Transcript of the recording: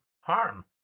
harm